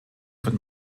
von